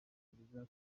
iperereza